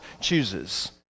chooses